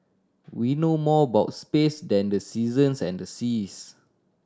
we know more about space than the seasons and the seas